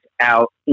out